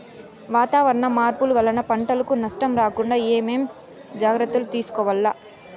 వాతావరణ మార్పులు వలన పంటలకు నష్టం రాకుండా ఏమేం జాగ్రత్తలు తీసుకోవల్ల?